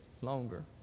longer